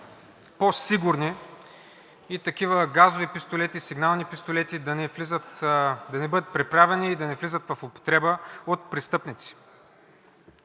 по-сигурни и такива газови пистолети, сигнални пистолети да не бъдат преправяни и да не влизат в употреба от престъпници,